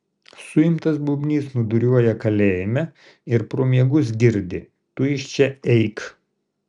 suimtas bubnys snūduriuoja kalėjime ir pro miegus girdi tu iš čia eik